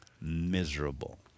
miserable